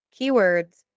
Keywords